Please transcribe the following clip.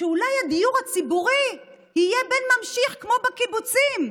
ואולי בדיור הציבורי יהיה בן ממשיך כמו בקיבוצים.